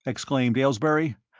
exclaimed aylesbury.